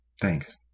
Thanks